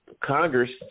Congress